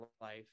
life